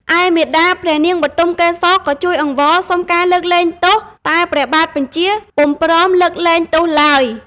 ឯមាតាព្រះនាងបុទមកេសរក៏ជួយអង្វរសុំការលើកលែងទោស តែព្រះបាទបញ្ចាល៍ពុំព្រមលើកលែងទោសឡើយ។